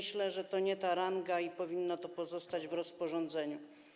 Myślę, że to nie ta ranga i powinno to pozostać w rozporządzeniu.